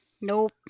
Nope